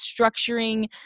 structuring